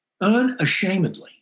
Unashamedly